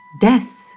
Death